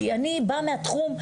כי אני באה מהתחום.